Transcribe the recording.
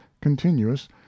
continuous